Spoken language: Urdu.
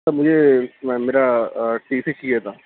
سر مجھے میرا ٹی سی چاہیے تھا